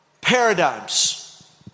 Paradigms